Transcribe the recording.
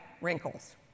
wrinkles